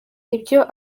ibyo